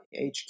HQ